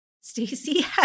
Stacey